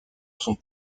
sont